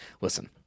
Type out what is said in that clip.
listen